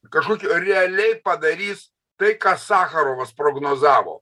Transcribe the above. kažkokiu realiai padarys tai ką sacharovas prognozavo